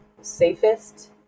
safest